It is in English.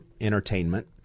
entertainment